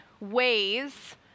ways